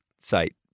site